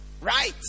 right